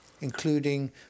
including